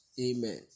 amen